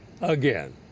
again